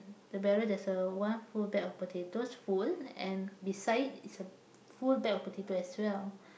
the barrel there's a one whole bag of potatoes full and beside is a full bag of potatoes as well